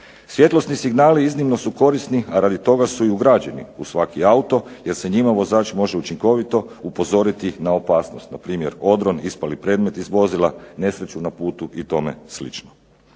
Svjetlosni signali iznimno su korisni, a radi toga su i ugrađeni u svaki auto jer se njime vozač može učinkovito upozoriti na opasnost. Na primjer odron, ispali predmet iz vozila, nesreću na putu i tome slično.